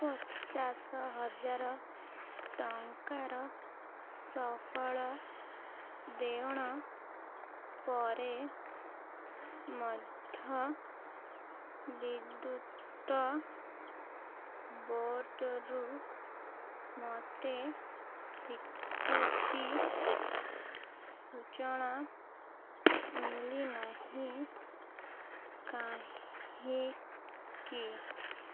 ପଚାଶ ହଜାର ଟଙ୍କାର ସଫଳ ଦେଣ ପରେ ମଧ୍ୟ ବିଦ୍ୟୁତ ବୋର୍ଡ଼ରୁ ମୋତେ ସ୍ଵୀକୃତି ସୂଚନା ମିଳିନାହିଁ କାହିଁକି